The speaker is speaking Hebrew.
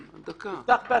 דקה.